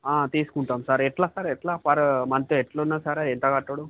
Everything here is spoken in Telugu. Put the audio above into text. తీసుకుంటాము సార్ ఎలా సార్ ఎలా పర్ మంత్ ఎలా ఉంది ఎంత కట్టడం